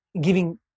giving